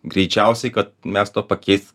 greičiausiai kad mes to pakeist